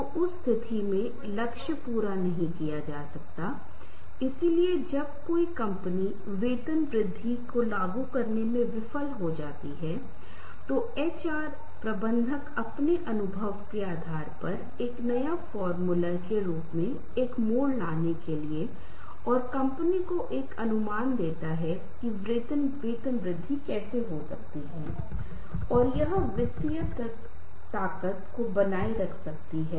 कभी कभी यह भी बहुत महत्वपूर्ण होता है कि अगर कोई स्थिति की मांग करता है तो हम लोगों को मजबूर कर सकते हैं कि अगर मैं प्रबंधक या प्रधान या निदेशक हूं तो मुझे लगता है कि काम किया जा रहा है और मुझे लगता है कि हमारे कुछ सहकर्मी ऐसा नहीं कर रहे हैं